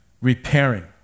repairing